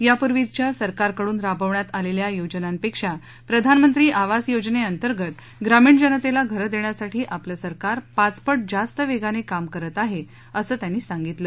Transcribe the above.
यापूर्वीच्या सरकाराकडून राबवण्यात आलेल्या योजनांपेक्षा प्रधानमंत्री आवास योजने अंतर्गत ग्रामीण जनतेला घरं देण्यासाठी आपलं सरकार पाचप जास्त वेगानं काम करत आहे असं त्यांनी सांगितलं